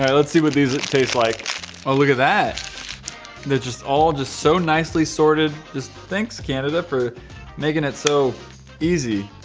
let's see what these it tastes like oh look at that they're just all just so nicely sorted just thanks canada for making it so easy